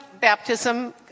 baptism